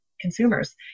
consumers